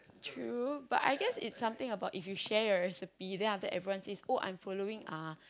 true but I guess it's something about if you share your recipe then after that everyone says oh that I'm following uh